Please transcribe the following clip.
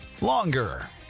longer